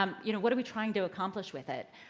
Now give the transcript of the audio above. and you know what are we trying to accomplish with it?